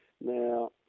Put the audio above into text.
Now